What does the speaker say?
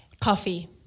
Coffee